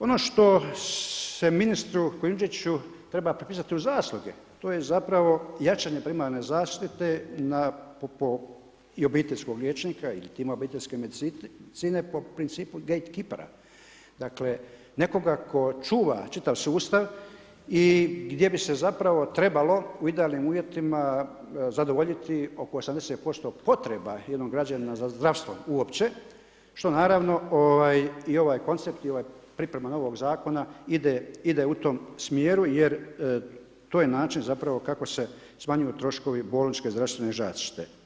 Ono što se ministru Kujundžiću treba pripisati u zasluge, to je zapravo jačanje primarne zaštite na ... i obiteljskog liječnika ili tima obiteljske medicine po principu date keepera, dakle, nekoga tko čuva čitav sustav i gdje bi se zapravo trebalo u idealnim uvjetima zadovoljiti oko 80% potreba jednog građanina za zdravstva uopće što naravno i ovaj koncept i ova priprema novog zakona, ide u tom smjeru jer to je način zapravo kako se smanjuju troškovi bolničke zdravstvene zaštite.